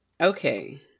Okay